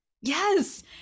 Yes